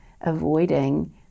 avoiding